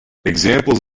examples